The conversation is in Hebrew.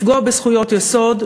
לפגוע בזכויות יסוד,